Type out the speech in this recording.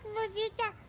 rosita.